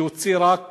שהוציא רק